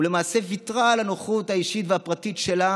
ולמעשה ויתרה על הנוחות האישית והפרטית שלה